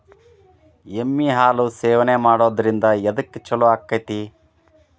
ಎಮ್ಮಿ ಹಾಲು ಸೇವನೆ ಮಾಡೋದ್ರಿಂದ ಎದ್ಕ ಛಲೋ ಆಕ್ಕೆತಿ?